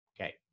Okay